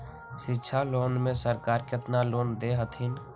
शिक्षा लोन में सरकार केतना लोन दे हथिन?